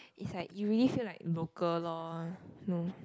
it's like you really feel like local lor no